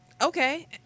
okay